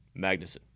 Magnuson